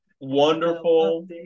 wonderful